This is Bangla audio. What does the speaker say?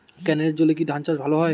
ক্যেনেলের জলে কি ধানচাষ ভালো হয়?